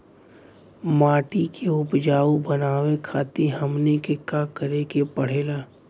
माटी के उपजाऊ बनावे खातिर हमनी के का करें के पढ़ेला?